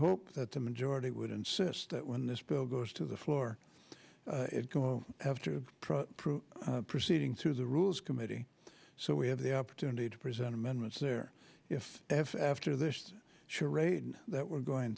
hope that the majority would insist that when this bill goes to the floor it go have to prove proceeding through the rules committee so we have the opportunity to present amendments there if they have after this charade that we're going